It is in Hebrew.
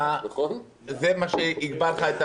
זה מה שיקבע לך?